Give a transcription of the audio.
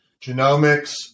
genomics